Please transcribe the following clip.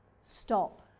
stop